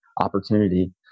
opportunity